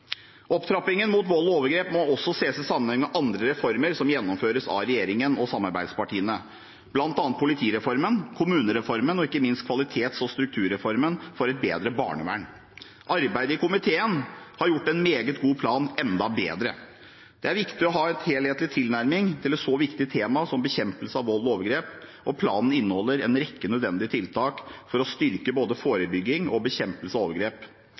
Opptrappingen mot vold og overgrep må også ses i sammenheng med andre reformer som gjennomføres av regjeringen og samarbeidspartiene, bl.a. politireformen, kommunereformen og ikke minst kvalitets- og strukturreformen for et bedre barnevern. Arbeidet i komiteen har gjort en meget god plan enda bedre. Det er viktig å ha en helhetlig tilnærming til et så viktig tema som bekjempelse av vold og overgrep, og planen inneholder en rekke nødvendige tiltak for å styrke både forebygging og bekjempelse av overgrep.